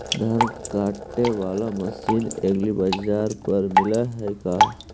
धान काटे बाला मशीन एग्रीबाजार पर मिल है का?